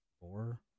four